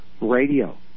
radio